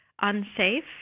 unsafe